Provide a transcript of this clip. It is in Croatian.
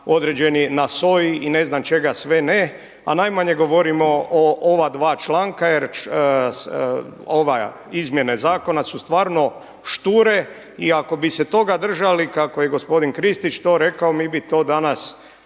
određeni na SOA-i i ne znam čega sve ne, a najmanje govorimo o ova dva članka jer ove izmjene zakona su stvarno šture i ako bi se toga držali kako je gospodin Kristić to rekao mi bi to danas